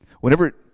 Whenever